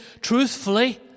truthfully